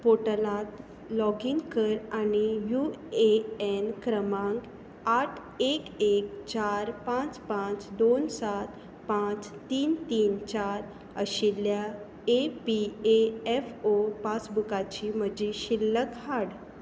पोर्टलार login कर आनी U A N क्रमांक आठ एक एक चार पांच पांच दोन सात पांच तीन तीन चार आशिल्ल्या A P A F O पासबूकाची म्हजी शिल्लक हाड